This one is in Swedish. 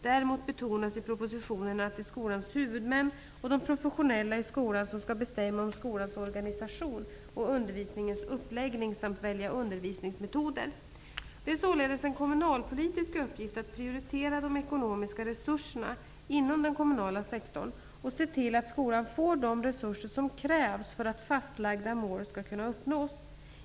Däremot betonas i propositionerna att det är skolans huvudmän och de professionella i skolan som skall bestämma om skolans organisation och undervisningens uppläggning samt välja undervisningsmetoder. Det är således en kommunalpolitisk uppgift att prioritera de ekonomiska resurserna inom den kommunala sektorn och se till att skolan får de resurser som krävs för att fastlagda mål skall kunna uppnås.